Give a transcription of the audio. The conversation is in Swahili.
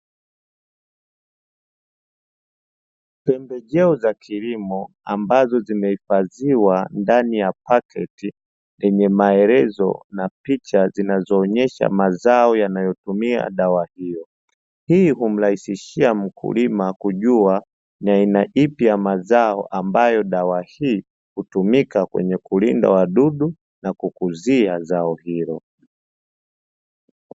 Pembejeo za kilimo ambazo zimehifadhiwa ndani ya pakiti, yenye maelezo na picha zinazoonyesha mazao yanayotumia dawa hiyo. Hii humrahisishia mkulima kujua na aina ipi ya mazao, ambayo dawa hii hutumika kwenye kulinda wadudu na kukuzia zao hilo.